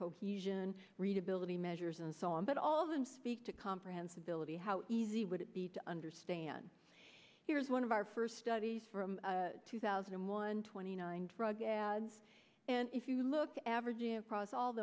cohesion readability measures and so on but all of them speak to comprehensibility how easy would it be to understand here's one of our first studies from two thousand and one twenty nine drug ads and if you look average across all